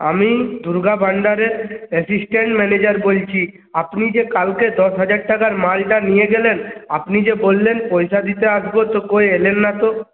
আমি দুর্গা ভান্ডারের assistant manager বলছি আপনি যে কালকে দশ হাজার টাকার মালটা নিয়ে গেলেন আপনি যে বললেন পয়সা দিতে আসবো তো কই এলেন না তো